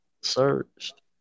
searched